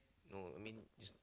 no I mean just